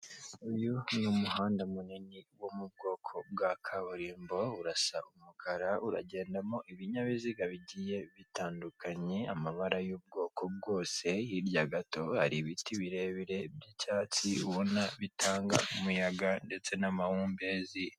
Uyu ni umuhanda munini wo mu bwoko bwa kaburimbo, urasa umukara, uragendamo ibinyabiziga bigiye bitandukanye, amabara y'ubwoko bwose, hirya gato hari ibiti birebire by'icyatsi, ubona bitanga umuyaga ndetse n'amahumbezi.